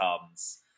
comes